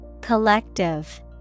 Collective